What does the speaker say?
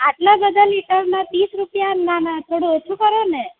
આટલા બધા લિટરના ત્રીસ રૂપિયા ના ના થોડું ઓછું કરો ને